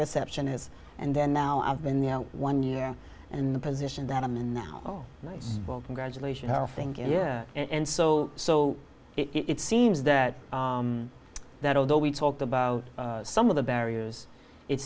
receptionist and then now i've been the one year and the position that i'm in now well congratulations think yeah and so so it seems that that although we talked about some of the barriers it